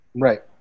Right